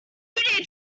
need